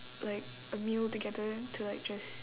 like a meal together to like just